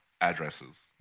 Addresses